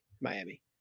Miami